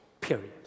period